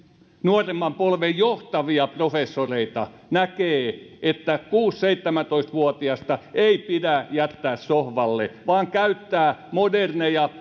nuoremman polven johtavia professoreita näkee että kuusitoista viiva seitsemäntoista vuotiasta ei pidä jättää sohvalle vaan käyttää moderneja